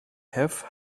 have